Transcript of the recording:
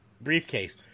briefcase